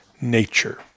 nature